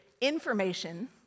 information